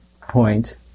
point